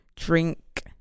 drink